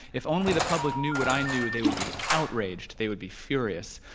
if only the public knew what i knew, they would be outraged, they would be furious.